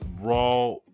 raw